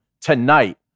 tonight